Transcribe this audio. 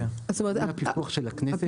כן, הפיקוח של הכנסת.